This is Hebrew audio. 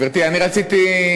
גברתי, אני רציתי,